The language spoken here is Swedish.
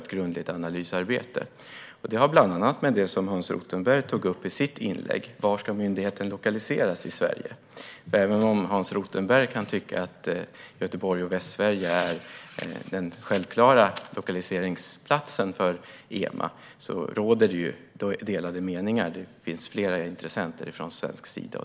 Det har bland annat att göra med det som Hans Rothenberg tog upp i sitt inlägg, nämligen var i Sverige myndigheten skulle placeras. Även om Hans Rothenberg kan tycka att Göteborg och Västsverige är den självklara platsen för EMA råder det delade meningar om det. Det finns flera intressenter från svensk sida.